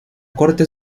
corte